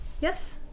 Yes